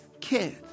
kid